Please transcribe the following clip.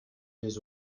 les